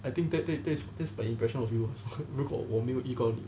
I think that that that is like my impression of you 如果我没有遇过你